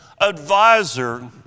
advisor